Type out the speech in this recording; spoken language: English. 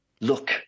look